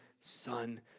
Son